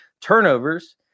Turnovers